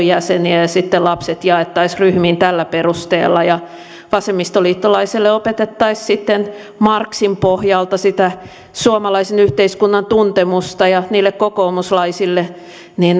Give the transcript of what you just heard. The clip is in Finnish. jäseniä ja ja sitten lapset jaettaisiin ryhmiin tällä perusteella ja vasemmistoliittolaisille opetettaisiin sitten marxin pohjalta sitä suomalaisen yhteiskunnan tuntemusta ja niille kokoomuslaisille